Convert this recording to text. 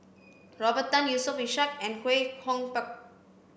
Robert Tan Yusof Ishak and Kwek Hong Png